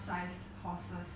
一百一百个什么